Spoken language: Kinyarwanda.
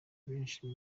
benshi